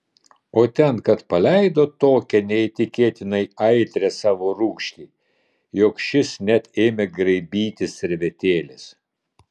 o ten kad paleido tokią neįtikėtinai aitrią savo rūgštį jog šis net ėmė graibytis servetėlės